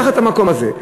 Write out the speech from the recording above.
לקחת את המקום הזה,